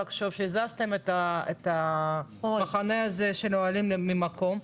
כשהזזתם את המחנה הזה של אוהלים מהמקום,